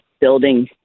building